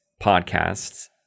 podcasts